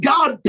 God